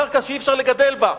קרקע שאי-אפשר לגדל בה.